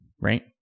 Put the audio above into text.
Right